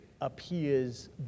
appears